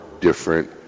different